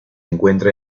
encuentra